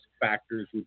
factors